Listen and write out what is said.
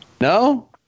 No